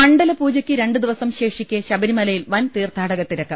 മണ്ഡല പൂജക്ക് രണ്ട് ദിവസം ശേഷിക്കെ ശബരിമലയിൽ വൻതീർത്ഥാടകത്തിരക്ക്